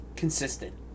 consistent